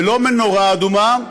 ולא מנורה אדומה,